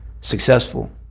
successful